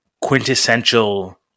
quintessential